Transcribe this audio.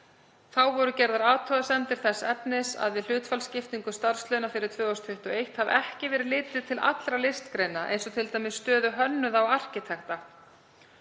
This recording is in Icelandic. Þá voru gerðar athugasemdir þess efnis að við hlutfallsskiptingu starfslauna fyrir árið 2021 hafi ekki verið litið til allra listgreina, eins og t.d. stöðu hönnuða og arkitekta.